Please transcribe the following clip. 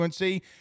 UNC